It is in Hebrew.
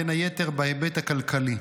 בין היתר בהיבט הכלכלי.